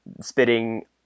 spitting